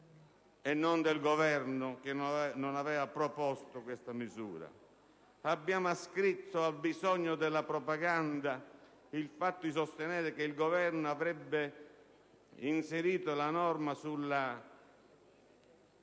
e non del Governo, che non aveva proposto questa misura. Abbiamo ascritto al bisogno di propaganda il fatto di sostenere che il Governo avrebbe inserito la norma